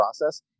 process